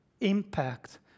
impact